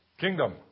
Kingdom